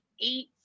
eight